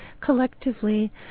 collectively